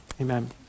amen